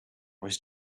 was